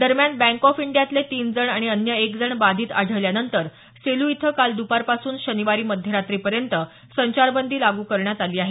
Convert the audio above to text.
दरम्यान bank of इंडियातले तीन जण आणि अन्य एक जण बाधित आढळल्यानंतर सेलू इथं काल दुपारपासून शनिवारी मध्यरात्रीपर्यंत संचारबंदी लागू करण्यात आली आहे